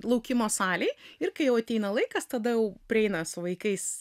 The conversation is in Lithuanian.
laukimo salėj ir kai ateina laikas tada prieina su vaikais